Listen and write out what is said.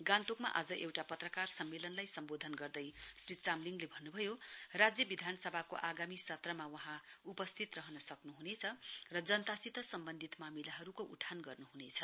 गान्तोकमा आज एउटा पत्रकार सम्मेलनलाई सम्बोधन गर्दै श्री चामलिङले भन्नु भयो राज्य विधानसभाको आगामी सत्रमा वहाँ उपस्थित रहन सक्नुहुनेछ र जनतासित सम्बन्धित मामिलाहरूको उठान गर्नु हुनेछ